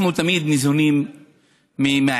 אנחנו תמיד ניזונים מהעיתונות.